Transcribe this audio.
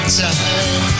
time